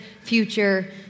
future